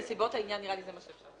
בנסיבות העניין נראה לי זה מה שאפשר לעשות.